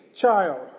child